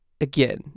again